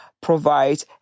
provide